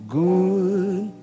good